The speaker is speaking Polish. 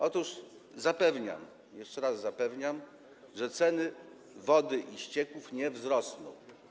Otóż zapewniam, jeszcze raz zapewniam, że ceny wody i ścieków nie wzrosną.